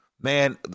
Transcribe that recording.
man